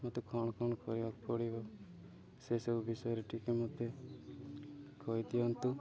ମୋତେ କ'ଣ କ'ଣ କରିବାକୁ ପଡ଼ିବ ସେସବୁ ବିଷୟରେ ଟିକିଏ ମୋତେ କହିଦିଅନ୍ତୁ